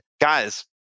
guys